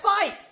fight